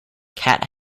cat